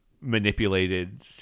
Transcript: manipulated